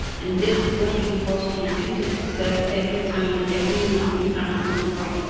and this working force repeats itself every time, every meeting after dubai.